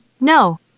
no